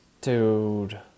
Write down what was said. Dude